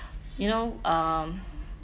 you know um